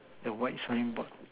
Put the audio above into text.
the white sign board